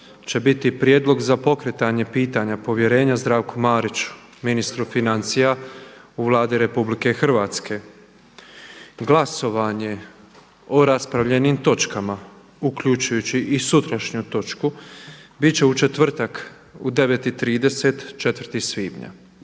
će biti Prijedlog za pokretanje pitanja povjerenja Zdravku Mariću, ministru financija u Vladi RH. Glasovanje o raspravljenim točkama uključujući i sutrašnju točku bit će u četvrtak u 9,30, 4. svibnja.